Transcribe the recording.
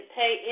pay